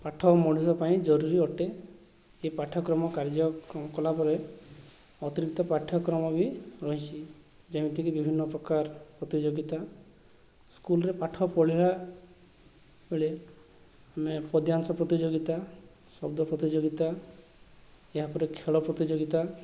ପାଠ ମଣିଷ ପାଇଁ ଜରୁରୀ ଅଟେ ଏ ପାଠକ୍ରମ କାର୍ଯ୍ୟ କଲାବେଳେ ଅତିରିକ୍ତ ପାଠ୍ୟକ୍ରମ ବି ରହିଛି ଯେମିତିକି ବିଭିନ୍ନପ୍ରକାର ପ୍ରତିଯୋଗିତା ସ୍କୁଲ୍ରେ ପାଠ ପଢ଼ିବା ବେଳେ ଆମେ ପଦ୍ୟାଂଶ ପ୍ରତିଯୋଗିତା ଶବ୍ଦ ପ୍ରତିଯୋଗିତା ଏହାପରେ ଖେଳ ପ୍ରତିଯୋଗିତା